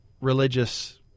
religious